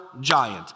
giant